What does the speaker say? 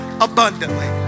abundantly